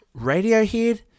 Radiohead